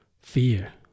fear